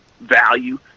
value